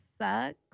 sucks